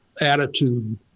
attitude